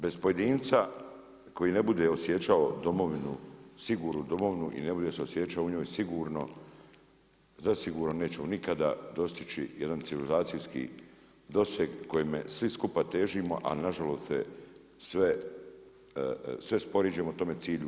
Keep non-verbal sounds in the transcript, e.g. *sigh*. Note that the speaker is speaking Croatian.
Bez pojedinca koji ne bude osjećao domovinu, sigurnu domovinu i ne bude se osjećao u njoj sigurno, zasigurno nećemo nikada dostići jedan civilizacijskih doseg kojim svi skupa težimo, a nažalost se sve … *unintelligible* tome cilju.